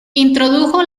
introdujo